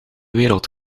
wereld